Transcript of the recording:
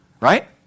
right